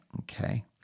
okay